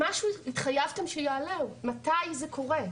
התחייבתם שזה יעלה, מתי זה קורה?